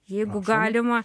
jeigu galima